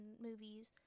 movies